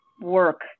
work